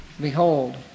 behold